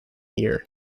year